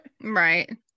right